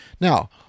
Now